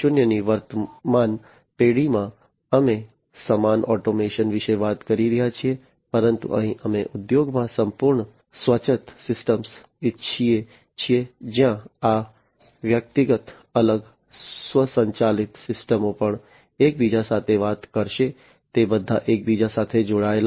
0 ની વર્તમાન પેઢીમાં અમે સમાન ઓટોમેશન વિશે વાત કરી રહ્યા છીએ પરંતુ અહીં અમે ઉદ્યોગમાં સંપૂર્ણ સ્વાયત્ત સિસ્ટમો ઇચ્છીએ છીએ જ્યાં આ વ્યક્તિગત અલગ સ્વયંસંચાલિત સિસ્ટમો પણ એકબીજા સાથે વાત કરશે તે બધા એકબીજા સાથે જોડાયેલા હશે